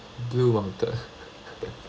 blue mountain